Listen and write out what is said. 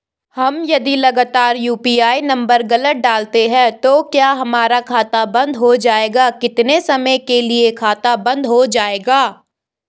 हम यदि लगातार यु.पी.आई नम्बर गलत डालते हैं तो क्या हमारा खाता बन्द हो जाएगा कितने समय के लिए खाता बन्द हो जाएगा?